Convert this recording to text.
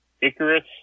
Icarus